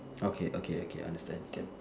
okay okay okay understand can